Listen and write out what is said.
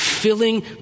Filling